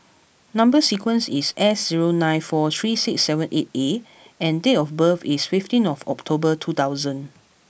number sequence is S zero nine four three six seven eight A and date of birth is fifteen October two thousand